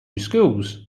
schools